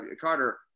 Carter